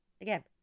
again